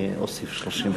אני אוסיף 30 שניות.